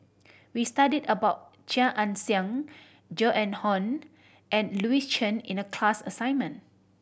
we studied about Chia Ann Siang Joan Hon and Louis Chen in the class assignment